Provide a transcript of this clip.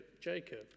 Jacob